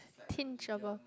tinge of a